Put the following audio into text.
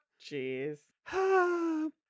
Jeez